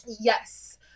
Yes